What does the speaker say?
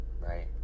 Right